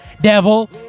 devil